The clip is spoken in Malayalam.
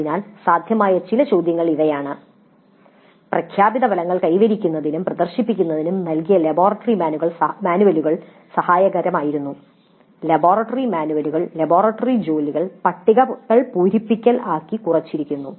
അതിനാൽ സാധ്യമായ ചില ചോദ്യങ്ങൾ ഇവയാണ് "പ്രഖ്യാപിത ഫലങ്ങൾ കൈവരിക്കുന്നതിനും പ്രദർശിപ്പിക്കുന്നതിനും നൽകിയ ലബോറട്ടറി മാനുവലുകൾ സഹായകമായിരുന്നു" "ലബോറട്ടറി മാനുവലുകൾ ലബോറട്ടറി ജോലികൾ പട്ടികകൾ പൂരിപ്പിക്കൽ ആയി കുറച്ചിരിക്കുന്നു